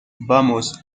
vamos